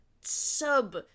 sub